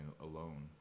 alone